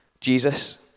Jesus